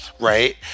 Right